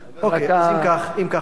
אוקיי, אז אם כך, הפסקת אותי.